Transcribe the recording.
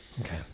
Okay